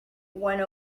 one